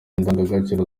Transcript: indangagaciro